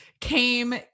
came